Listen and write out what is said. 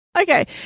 Okay